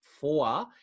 four